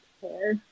care